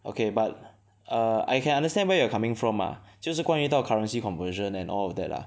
okay but err I can understand where you're coming from ah 就是关于到 currency conversion and all of that lah